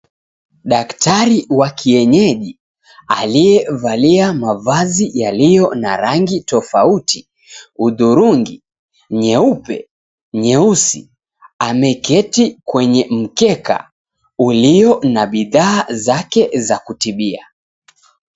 Daktari wa kienyeji aliyevalia mavazi yaliyo na rangi tofauti hudhurungi, nyeupe, nyeusi. Ameketi kwenye mkeka ulio na bidhaa zake za kutibia.